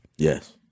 Yes